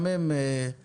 גם הם בדיון.